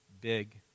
big